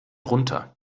runter